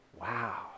wow